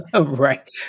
Right